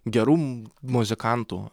gerų muzikantų